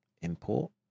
Import